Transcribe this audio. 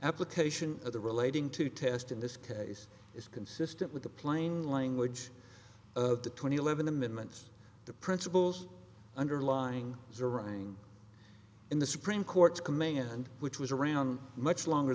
application of the relating to test in this case is consistent with the plain language of the twenty eleven the minutes the principles underlying zeroing in the supreme court's command which was around much longer